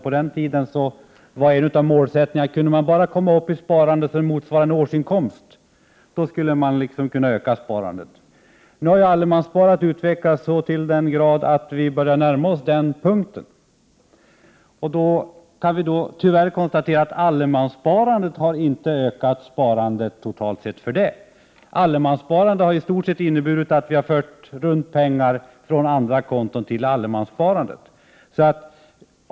På den tiden var en av målsättningarna att komma upp i ett sparande som motsvarade en årsinkomst — då skulle man kunna öka sparandet. Nu har allemanssparandet utvecklats till den grad att vi börjar närma oss den punkten. Då kan vi tyvärr konstatera att allemanssparandet inte har ökat sparandet totalt sett. Allemanssparandet har i stort sett inneburit att vi har fört pengar från andra konton till allemanssparandet.